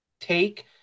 take